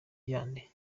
yandi